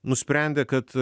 nusprendė kad